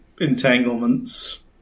entanglements